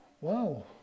wow